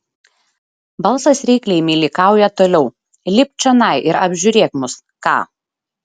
balsas reikliai meilikauja toliau lipk čionai ir apžiūrėk mus ką